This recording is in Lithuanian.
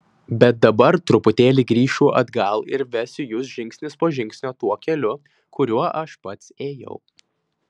bet dabar truputėlį grįšiu atgal ir vesiu jus žingsnis po žingsnio tuo keliu kuriuo aš pats ėjau